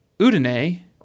Udine